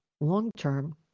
long-term